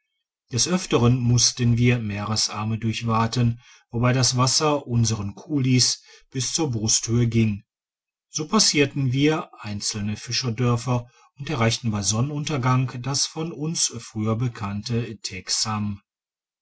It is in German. des öfteren mussten wir meeresarme durchwaten wobei das wasser unseren kulis bis zur brusthöhe ging so passierten wir einzelne fischerdörfer und erreichten bei sonnenuntergang das uns von früher bekannte